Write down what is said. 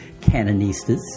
canonistas